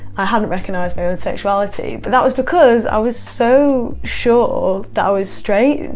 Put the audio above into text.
i hadn't recognized my own sexuality. but that was because i was so sure that i was straight and